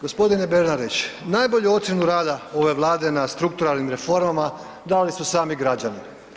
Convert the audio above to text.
Gospodine Bernadić, najbolju ocjenu rada ove vlade na strukturalnim reformama dali su sami građani.